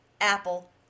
Apple